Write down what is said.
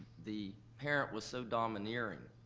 the parent was so domineering,